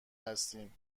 هستین